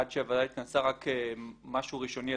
עד שהוועדה התכנסה לבדוק משהו ראשוני.